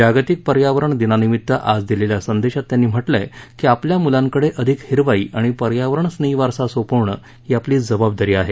जागतिक पर्यावरणा दिनानिमित्त आज दिलेल्या संदेशात त्यांनी म्हटलय की आपल्या मुलांकडे अधिक हिरवाई आणि पर्यावरणस्नेही वारसा सोपवणं ही आपली जबाबदारी आहे